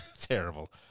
Terrible